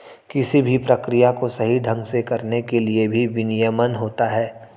किसी भी प्रक्रिया को सही ढंग से करने के लिए भी विनियमन होता है